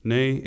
Nay